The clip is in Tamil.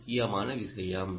முக்கியமான விஷயம்